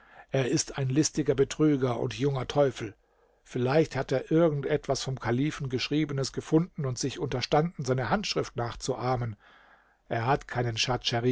er ist ein listiger betrüger ein junger teufel vielleicht hat er irgend etwas vom kalifen geschriebenes gefunden und sich unterstanden seine handschrift nachzuahmen er hat keinen